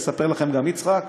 יספר לכם גם יצחק.